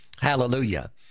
hallelujah